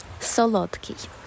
Solodki